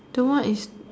the one is